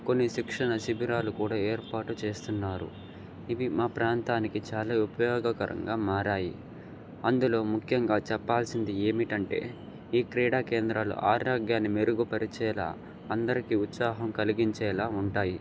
కొన్ని శిక్షణ శిబిరాలు కూడా ఏర్పాటు చేస్తున్నారు ఇవి మా ప్రాంతానికి చాలా ఉపయోగకరంగా మారాయి అందులో ముఖ్యంగా చెప్పాల్సింది ఏమిటి అంటే ఈ క్రీడా కేంద్రాలు ఆరోగ్యాన్ని మెరుగుపరిచేలా అందరికీ ఉత్సాహం కలిగించేలా ఉంటాయి